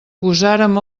posàrem